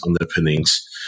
underpinnings